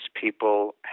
people